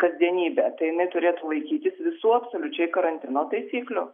kasdienybė tai jinai turėtų laikytis visų absoliučiai karantino taisyklių